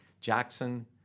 Jackson